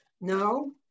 No